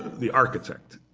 the architect.